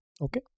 Okay